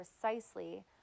precisely